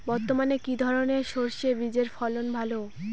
বর্তমানে কি ধরনের সরষে বীজের ফলন ভালো?